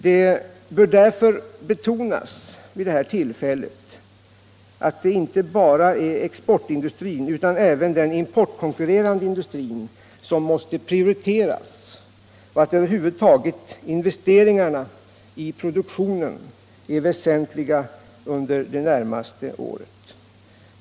Det bör därför betonas vid detta tillfälle att det inte bara är exportindustrin utan även den importkonkurrerande industrin som måste prioriteras och att över huvud taget investeringarna i produktionen är väsentliga under det närmaste året.